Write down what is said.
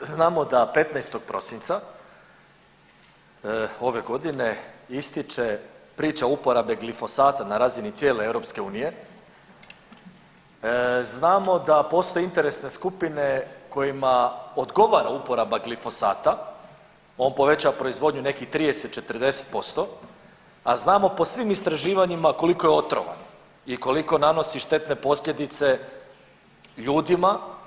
Znamo da 15. prosinca ove godine ističe priča uporabe glifosata na razini cijele EU, znamo da postoje interesne skupine kojima odgovara uporaba glifosata, on poveća proizvodnju nekih 30, 40%, a znamo po svim istraživanjima koliko je otrovan i koliko nanosi štetne posljedice ljudima.